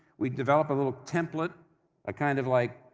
we develop a little template a, kind of like,